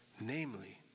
namely